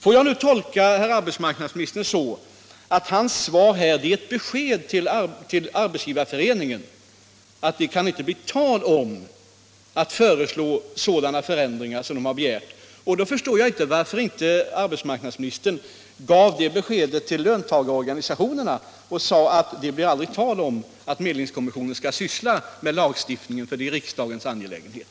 Får jag nu tolka herr arbetsmarknadsministern så, att hans svar här är ett besked till Arbetsgivareföreningen att det inte kan bli tal om att föreslå sådana förändringar som den har begärt? Då förstår jag inte varför inte arbetsmarknadsministern gav det beskedet till löntagarorganisationerna och på en gång sade, att det aldrig blir tal om att medlingskommissionen skall syssla med lagstiftningen, för det är riksdagens angelägenhet.